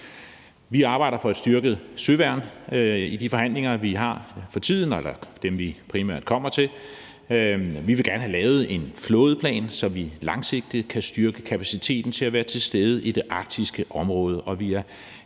Vi arbejder for et styrket søværn i de forhandlinger, vi har for tiden, og primært dem, vi kommer til. Vi vil gerne have lavet en flådeplan, så vi langsigtet kan styrke kapaciteten til at være til stede i det arktiske område.